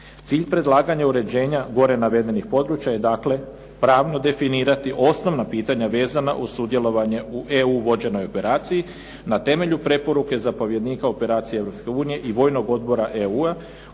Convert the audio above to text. Cilj predlaganja uređenja gore navedenih područja je dakle, pravno definirati osnovna pitanja vezana uz sudjelovanje u EU vođenoj operaciji na temelju preporuke zapovjednika operacije Europske unije i vojnog odbora EU-a